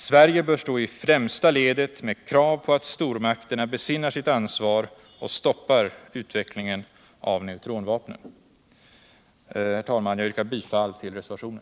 Sverige bör stå i främsta ledet med krav på att stormakterna besinnar sitt ansvar och stoppar utvecklingen av neutronvapen. Herr talman! Jag yrkar bifall till reservationen.